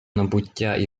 набуття